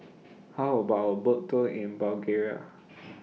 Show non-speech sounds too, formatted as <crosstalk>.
How about A Boat Tour in Bulgaria <noise>